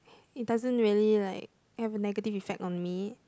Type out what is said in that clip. it doesn't really like have a negative effect on me